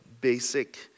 basic